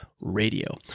Radio